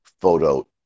photo